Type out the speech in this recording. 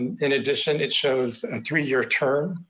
in addition, it shows a three year term,